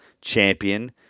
champion